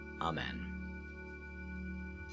Amen